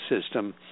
system